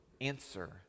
answer